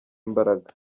imbaraga